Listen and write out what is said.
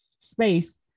space